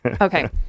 Okay